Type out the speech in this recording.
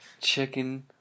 chicken